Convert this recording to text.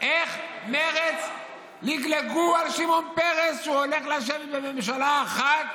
איך מרצ לגלגו על שמעון פרס שהוא הולך לשבת בממשלה אחת